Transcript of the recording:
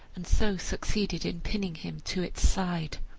and so succeeded in pinning him to its side.